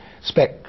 spec